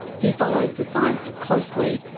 he follows the science closely,